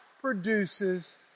produces